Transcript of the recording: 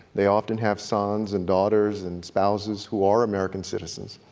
they often have sons and daughters and spouses who are american citizens.